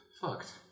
fucked